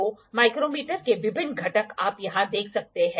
तो माइक्रोमीटर के विभिन्न घटक आप यहां देख सकते हैं